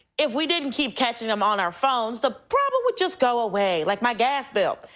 if we didn't keep catching them on our phones, the problem would just go away like my gas bill.